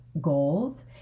Goals